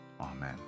Amen